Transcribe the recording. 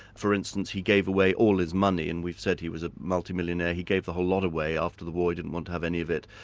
for instance he gave away all his money and we said he was a multi-millionaire, he gave the whole lot away after the war he didn't want to have any of it.